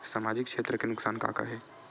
सामाजिक क्षेत्र के नुकसान का का हे?